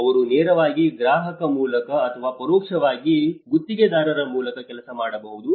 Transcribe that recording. ಅವರು ನೇರವಾಗಿ ಗ್ರಾಹಕ ಮೂಲಕ ಅಥವಾ ಪರೋಕ್ಷವಾಗಿ ಗುತ್ತಿಗೆದಾರರ ಮೂಲಕ ಕೆಲಸ ಮಾಡಬಹುದು